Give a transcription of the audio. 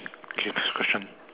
okay next question